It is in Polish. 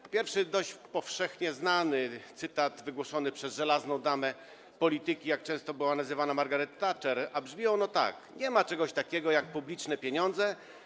Pierwszy jest dość powszechnie znany, są to słowa wygłoszone przez żelazną damę polityki, jak często była nazywana Margaret Thatcher, a brzmią one tak: Nie ma czegoś takiego jak publiczne pieniądze.